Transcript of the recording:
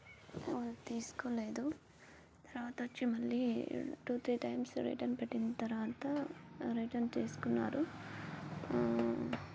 తీసుకోలేదు తర్వాత వచ్చి మళ్ళీ టూ త్రీ టైమ్సు రిటర్న్ పెట్టిన తరువాత రిటర్న్ తీసుకున్నారు